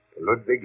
Ludwig